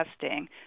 testing